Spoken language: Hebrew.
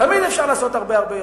תמיד אפשר לעשות הרבה-הרבה יותר,